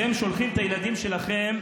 אתם שולחים את הילדים שלכם,